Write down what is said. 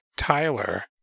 Tyler